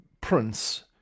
Prince